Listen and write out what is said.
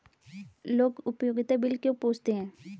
लोग उपयोगिता बिल क्यों पूछते हैं?